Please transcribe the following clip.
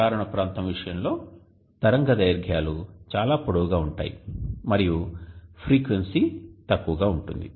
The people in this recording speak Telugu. పరారుణప్రాంతం విషయంలో తరంగదైర్ఘ్యాలు చాలా పొడవుగా ఉంటాయి మరియు ఫ్రీక్వెన్సీ తక్కువగా ఉంటుంది